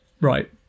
Right